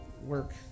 work